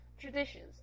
traditions